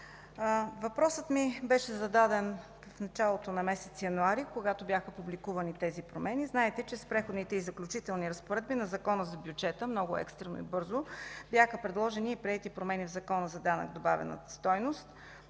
въпросът ми беше зададен в началото на месец януари, когато бяха публикувани тези промени. Знаете, че в Преходните и заключителни разпоредби на Закона за бюджета много екстрено и бързо бяха предложени и приети промени в Закона за данък добавена стойност.